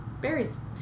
berries